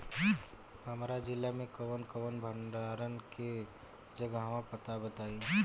हमरा जिला मे कवन कवन भंडारन के जगहबा पता बताईं?